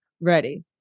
Ready